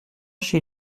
chez